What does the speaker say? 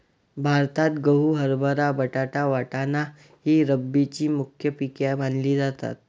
भारतात गहू, हरभरा, बटाटा, वाटाणा ही रब्बीची मुख्य पिके मानली जातात